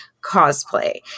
cosplay